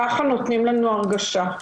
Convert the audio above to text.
ככה נותנים לנו הרגשה.